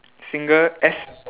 single S